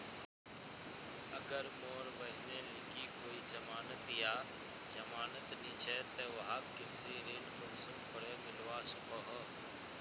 अगर मोर बहिनेर लिकी कोई जमानत या जमानत नि छे ते वाहक कृषि ऋण कुंसम करे मिलवा सको हो?